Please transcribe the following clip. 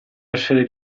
essere